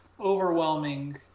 overwhelming